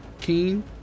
keen